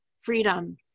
freedom